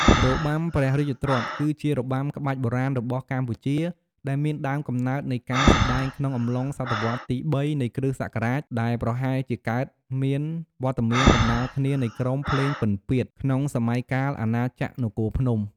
របាំព្រះរាជទ្រព្យ គឺជារបាំក្បាច់បុរាណរបស់កម្ពុជា ដែលមានដើមកំណើតនៃការសម្តែងក្នុងអំឡុងស.វទី៣ នៃគ.សករាជ ដែលប្រហែលជាកើតមានវត្តមានដំណាលគ្នានៃក្រុម ភ្លេងពិណពាទ្យ ក្នុងសម័យកាល អាណាចក្រនគរភ្នំ ។